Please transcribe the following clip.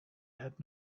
had